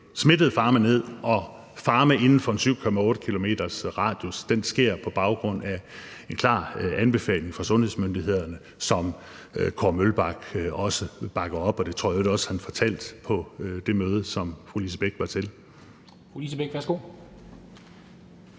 smittede farme og på farme inden for en 7,8-kilometersradius, sker på baggrund af en klar anbefaling fra sundhedsmyndighederne, som Kåre Mølbak også bakker op om, og det tror jeg i øvrigt også han fortalte på det møde, som fru Lise Bech var til.